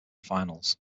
finals